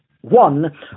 One